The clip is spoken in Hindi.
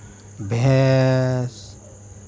भैंस